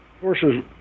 horses